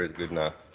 good enough,